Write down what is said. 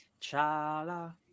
chala